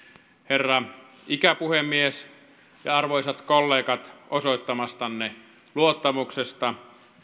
herra ikäpuhemies ja arvoisat kollegat osoittamastanne luottamuksesta